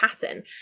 pattern